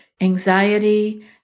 anxiety